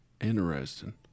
Interesting